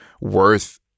worth